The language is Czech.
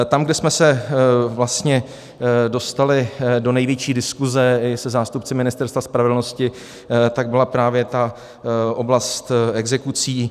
Tam, kde jsme se vlastně dostali do největší diskuse i se zástupci Ministerstva spravedlnosti, byla právě ta oblast exekucí.